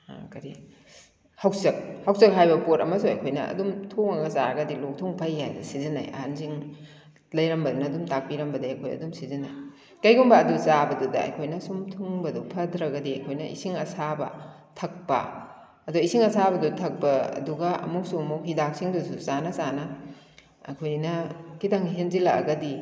ꯀꯔꯤ ꯍꯥꯎꯆꯛ ꯍꯥꯎꯆꯛ ꯍꯥꯏꯕ ꯄꯣꯠ ꯑꯃꯁꯨ ꯑꯩꯈꯣꯏꯅ ꯑꯗꯨꯝ ꯊꯣꯡꯂꯒ ꯆꯥꯔꯒꯗꯤ ꯂꯣꯛ ꯊꯨꯡꯕ ꯐꯩ ꯍꯥꯏꯗꯅ ꯁꯤꯖꯤꯟꯅꯩ ꯑꯍꯟꯁꯤꯡ ꯂꯩꯔꯝꯕꯗꯨꯅ ꯑꯗꯨꯝ ꯇꯥꯛꯄꯤꯔꯝꯕꯗꯩ ꯑꯩꯈꯣꯏ ꯑꯗꯨꯝ ꯁꯤꯖꯤꯟꯅꯩ ꯀꯔꯤꯒꯨꯝꯕ ꯑꯗꯨ ꯆꯥꯕꯗꯨꯗ ꯑꯩꯈꯣꯏꯅ ꯁꯨꯝ ꯊꯨꯡꯕꯗꯣ ꯐꯠꯇ꯭ꯔꯒꯗꯤ ꯑꯩꯈꯣꯏꯅ ꯏꯁꯤꯡ ꯑꯁꯥꯕ ꯊꯛꯄ ꯑꯗꯣ ꯏꯁꯤꯡ ꯑꯁꯥꯕꯗꯣ ꯊꯛꯄ ꯑꯗꯨꯒ ꯑꯃꯨꯛꯁꯨ ꯑꯃꯨꯛ ꯍꯤꯗꯥꯛꯁꯤꯡꯗꯨꯁꯨ ꯆꯥꯅ ꯆꯥꯅ ꯑꯩꯈꯣꯏꯅ ꯈꯤꯇꯪ ꯍꯦꯟꯖꯤꯜꯂꯛꯂꯒꯗꯤ